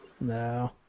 No